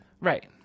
Right